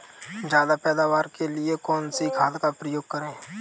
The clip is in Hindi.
ज्यादा पैदावार के लिए कौन सी खाद का प्रयोग करें?